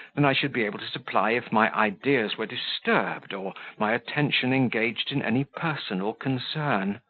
than i should be able to supply if my ideas were disturbed, or my attention engaged in any personal concern.